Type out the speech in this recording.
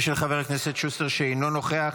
ושל חבר הכנסת שוסטר, שאינו נוכח.